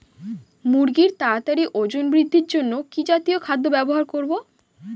মুরগীর তাড়াতাড়ি ওজন বৃদ্ধির জন্য কি জাতীয় খাদ্য ব্যবহার করব?